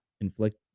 inflict